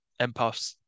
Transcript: empaths